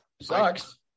Sucks